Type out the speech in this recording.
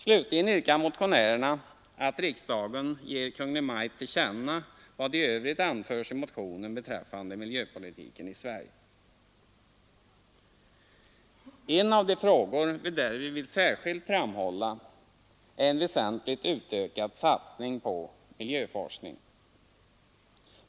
Slutligen yrkar motionärerna att riksdagen ger Kungl. Maj:t till känna vad i övrigt anförts i motionen beträffande miljöpolitiken i Sverige. En av de frågor vi därvid vill särskilt framhålla är en väsentligt ökad satsning på miljöforskningen.